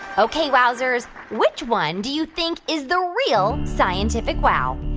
ok, wowzers, which one do you think is the real scientific wow?